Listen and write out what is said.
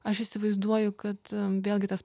aš įsivaizduoju kad vėlgi tas